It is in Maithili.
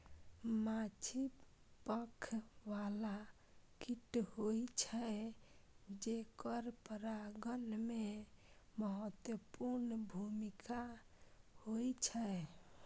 माछी पंख बला कीट होइ छै, जेकर परागण मे महत्वपूर्ण भूमिका होइ छै